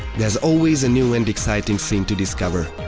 there's always a new and exciting scene to discover.